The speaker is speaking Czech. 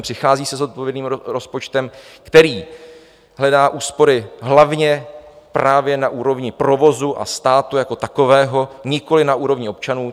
Přichází se zodpovědným rozpočtem, který hledá úspory hlavně právě na úrovni provozu a státu jako takového, nikoli na úrovni občanů.